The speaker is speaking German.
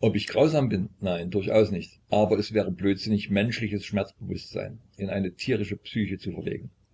ob ich grausam bin nein durchaus nicht aber es wäre blödsinnig menschliches schmerzbewußtsein in eine tierische psyche zu verlegen